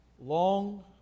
long